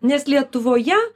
nes lietuvoje